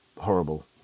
horrible